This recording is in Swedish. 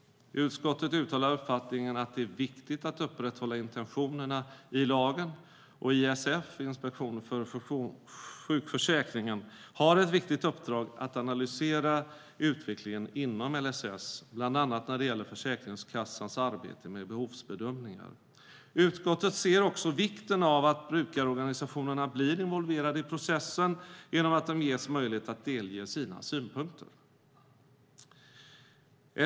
Utskottet uttalar uppfattningen att det är viktigt att upprätthålla intentionerna i lagen. Och ISF - Inspektionen för sjukförsäkringen - har ett viktigt uppdrag att analysera utvecklingen inom LSS bland annat när det gäller Försäkringskassans arbete med behovsbedömningar. Utskottet ser också vikten av att brukarorganisationerna blir involverade i processen genom att de ges möjlighet att delge sina synpunkter.